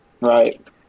Right